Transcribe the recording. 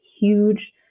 huge